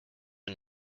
and